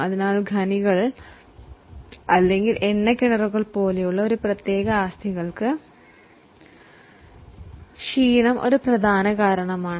അതിനാൽ ഖനികൾ അല്ലെങ്കിൽ എണ്ണ കിണറുകൾ പോലുള്ള അസറ്റിന്റെ എക്സോഷൻ ഡിപ്രീസിയേഷന് ഒരു പ്രധാന കാരണമാണ്